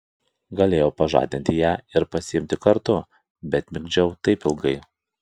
galėjau pažadinti ją ir pasiimti kartu bet migdžiau taip ilgai